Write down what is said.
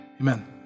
Amen